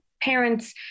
parents